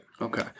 Okay